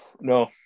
No